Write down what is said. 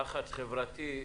לחץ חברתי,